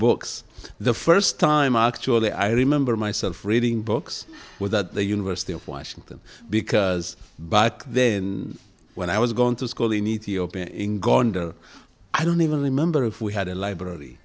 books the first time actually i remember myself reading books with that the university of washington because but then when i was going to school in ethiopia england i don't even remember if we had a library